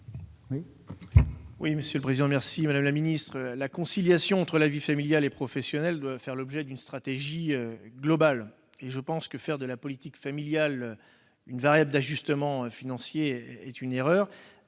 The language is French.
la réplique. Je vous remercie, madame la ministre. La conciliation entre vie familiale et vie professionnelle doit faire l'objet d'une stratégie globale. Je pense que faire de la politique familiale une variable d'ajustement financier est une erreur.